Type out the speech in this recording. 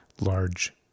large